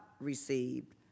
received